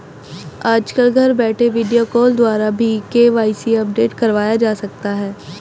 आजकल घर बैठे वीडियो कॉल द्वारा भी के.वाई.सी अपडेट करवाया जा सकता है